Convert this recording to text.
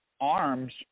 Arms